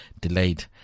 delayed